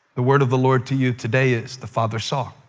the word of the lord to you today is the father saw.